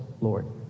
Lord